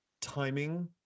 timing